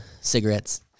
Cigarettes